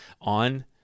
on